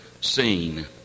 seen